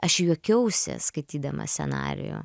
aš juokiausi skaitydama scenarijų